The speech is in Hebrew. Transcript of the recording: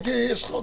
19:28.